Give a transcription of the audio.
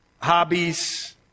hobbies